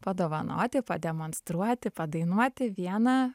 padovanoti pademonstruoti padainuoti vieną